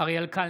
אריאל קלנר,